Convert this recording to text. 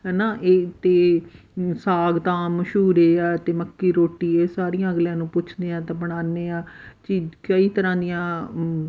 ਹੈ ਨਾ ਇਹ ਅਤੇ ਸਾਗ ਤਾਂ ਮਸ਼ਹੂਰ ਏ ਆ ਅਤੇ ਮੱਕੀ ਰੋਟੀ ਇਹ ਸਾਰੀਆਂ ਅਗਲਿਆਂ ਨੂੰ ਪੁੱਛਦੇ ਹਾਂ ਤਾਂ ਬਣਾਉਂਦੇ ਹਾਂ ਚੀਜ਼ ਕਈ ਤਰ੍ਹਾਂ ਦੀਆਂ